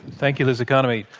thank you, liz economy.